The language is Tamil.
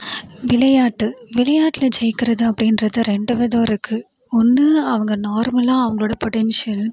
விளையாட்டு விளையாடில் ஜெயிக்கிறது அப்படின்றது ரெண்டு விதம் இருக்குது ஒன்று அவங்க நார்மலாக அவங்களோடய பொட்டன்ஷியல்